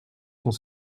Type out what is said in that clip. sont